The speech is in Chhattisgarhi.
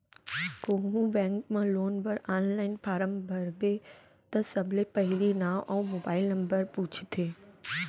कोहूँ बेंक म लोन बर आनलाइन फारम भरबे त सबले पहिली नांव अउ मोबाइल नंबर पूछथे